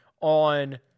on